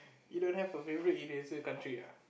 you don't have a favourite eraser country ah